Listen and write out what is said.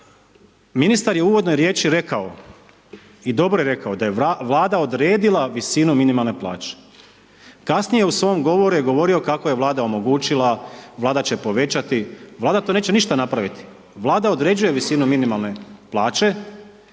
Ministar je u uvodnoj riječi rekao i dobro je rekao, da je Vlada odredila visinu minimalne plaće. kasnije u svom govoru je govorio kako je Vlada omogućila, Vlada će povećati, Vlada to neće ništa napraviti. Vlada određuje visinu minimalne plaće